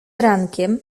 rankiem